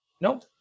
Nope